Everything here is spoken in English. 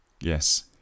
yes